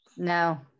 no